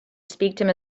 speak